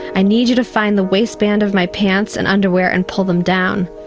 i need you to find the waist band of my pants and underwear and pull them down,